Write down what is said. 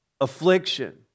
affliction